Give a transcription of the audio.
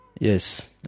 Yes